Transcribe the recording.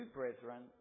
brethren